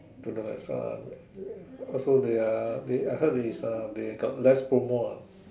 don't know that's why also they are they I heard is uh they uh got less promo ah